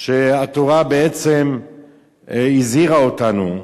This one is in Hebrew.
שהתורה בעצם הזהירה אותנו.